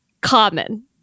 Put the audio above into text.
common